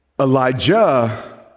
Elijah